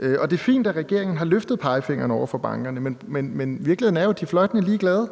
Det er fint, at regeringen har løftet pegefingeren over for bankerne, men virkeligheden er jo, at de er fløjtende ligeglade.